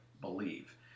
believe